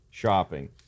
shopping